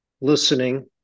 listening